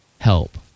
help